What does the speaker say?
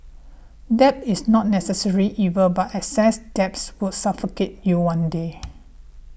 debt is not necessarily evil but excessive debts will suffocate you one day